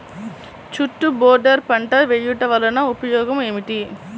చుట్టూ బోర్డర్ పంట వేయుట వలన ఉపయోగం ఏమిటి?